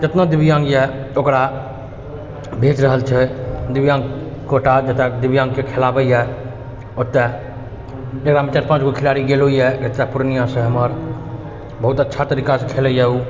जतना दिव्याङ्ग अइ ओकरा भेज रहल छै दिव्याङ्ग कोटा जतऽ दिव्याङ्गके खेलाबैए ओतऽ एकरामे चारि पाँचगो खिलाड़ी गेलो अइ एतऽ पूर्णियासँ हमर बहुत अच्छा तरीकासँ खेलैए ओ